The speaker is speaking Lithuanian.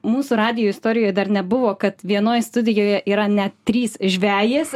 mūsų radijo istorijoj dar nebuvo kad vienoj studijoje yra net trys žvejės